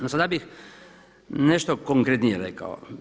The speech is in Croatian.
No sada bih nešto konkretnije rekao.